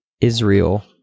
Israel